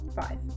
Five